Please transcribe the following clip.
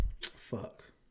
fuck